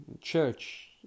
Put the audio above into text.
Church